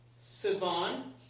Sivan